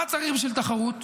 מה צריך בשביל תחרות?